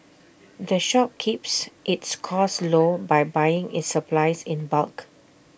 the shop keeps its costs low by buying its supplies in bulk